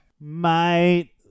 mate